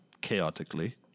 chaotically